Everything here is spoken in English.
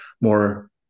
more